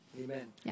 Amen